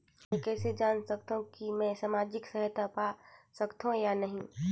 मै कइसे जान सकथव कि मैं समाजिक सहायता पा सकथव या नहीं?